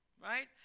Right